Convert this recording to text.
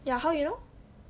ya how you know